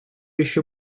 еще